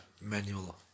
manual